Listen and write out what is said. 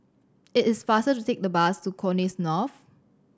it is faster to take the bus to Connexis North